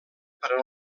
per